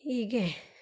ಹೀಗೆ